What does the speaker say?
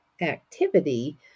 activity